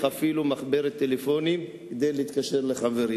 אפילו מחברת טלפונים כדי להתקשר לחברים,